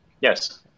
Yes